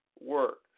work